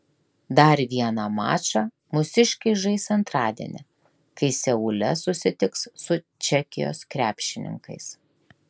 dar vieną mačą mūsiškiai žais antradienį kai seule susitiks su čekijos krepšininkais